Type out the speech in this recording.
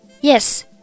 Yes